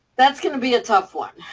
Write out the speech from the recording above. that's going to be a tough one.